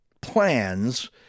plans